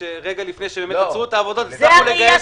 שרגע לפני שעצרו את העבודות הצלחנו לגייס